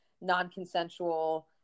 non-consensual